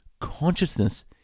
Consciousness